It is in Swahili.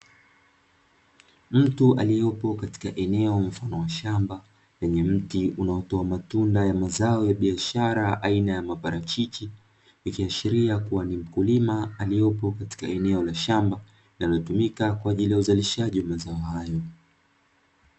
Mtu aliyepo katika eneo mfano wa shamba wenye miti unaotoa matunda ya mazao ya biashara aina ya maparachichi, ikiashiria kuwa ni mkulima aliyepo katika eneo la shamba linalotumika kwa ajili ya uzalishaji wa mazao hayo.